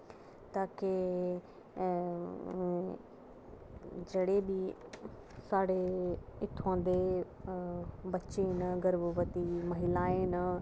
ताकी जेह्ड़े बी साढ़े इत्थुआं दे बच्चे न गर्भवति महिलायें न